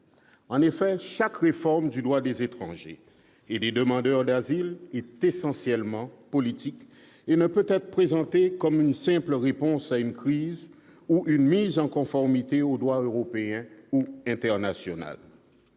En effet, chaque réforme du droit des étrangers et des demandeurs d'asile est essentiellement politique et ne peut être présentée comme une simple réponse à une crise ou une mise en conformité avec le droit européen ou international.